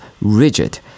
rigid